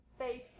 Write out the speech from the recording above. faith